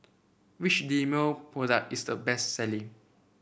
which Dermale product is the best selling